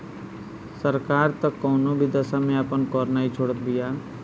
सरकार तअ कवनो भी दशा में आपन कर नाइ छोड़त बिया